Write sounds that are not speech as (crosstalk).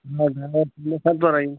(unintelligible) सातवा राहील